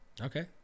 Okay